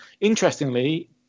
interestingly